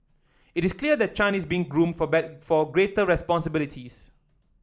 it is clear that Chan is being groomed for better for greater responsibilities